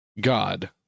God